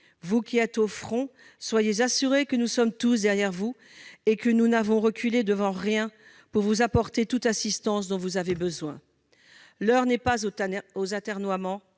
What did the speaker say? vous qui êtes au front, soyez assurés que nous sommes tous derrière vous et que nous n'avons reculé devant rien pour vous apporter toute l'assistance dont vous avez besoin. L'heure n'est pas aux atermoiements,